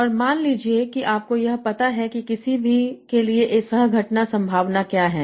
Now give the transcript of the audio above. और मान लीजिए कि आपको पता है कि किसी भी के लिए सह घटना संभावना क्या है